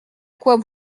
quoi